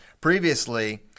previously